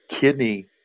kidney